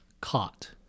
Caught